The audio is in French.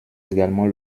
également